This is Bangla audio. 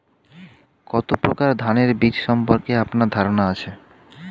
কত প্রকার ধানের বীজ সম্পর্কে আপনার ধারণা আছে?